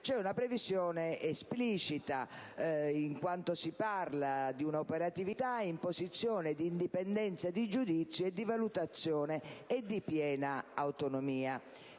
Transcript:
una previsione esplicita, in quanto si parla di una operatività in posizione di indipendenza di giudizio e di valutazione e di piena autonomia.